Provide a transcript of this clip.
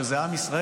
שזה עם ישראל,